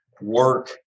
work